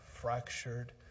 fractured